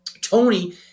Tony